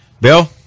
bill